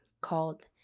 called